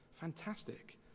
Fantastic